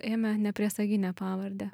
ėmė nepriesaginę pavardę